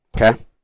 Okay